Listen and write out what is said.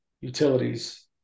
utilities